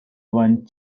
one